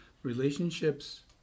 relationships